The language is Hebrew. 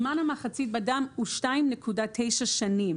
זמן מחצית החיים שלו בדם הוא 2.9 שנים.